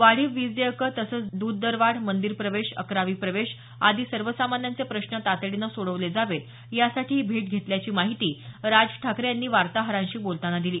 वाढीव विज देयकं तसंच दूध दर वाढ मंदिर प्रवेश अकरावी प्रवेश आदी सर्वसामान्यांचे प्रश्न तातडीनं सोडवले जावेत यासाठी ही भेट घेतल्याची माहिती राज ठाकरे यांनी वार्ताहरांशी बोलताना सांगितलं